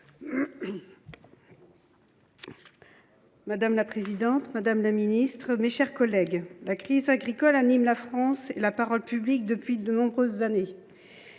Madame la présidente, madame la ministre, mes chers collègues, la crise agricole anime la France et la parole publique depuis de nombreuses années.